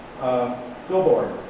billboard